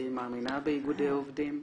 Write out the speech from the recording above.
מאמינה באיגודי עובדים,